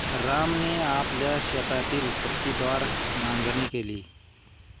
रामने आपल्या शेतातील पट्टीदार नांगरणी केली